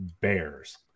bears